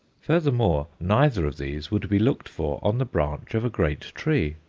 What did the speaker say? furthermore, neither of these would be looked for on the branch of a great tree.